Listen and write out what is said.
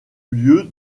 lieu